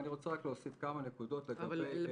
אני רוצה להוסיף רק כמה נקודות לגבי הבחינה.